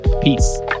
Peace